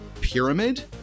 pyramid